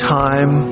time